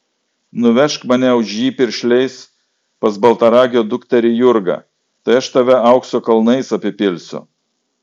nuvežk mane už jį piršliais pas baltaragio dukterį jurgą tai aš tave aukso kalnais apipilsiu